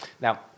Now